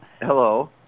hello